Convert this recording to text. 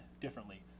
differently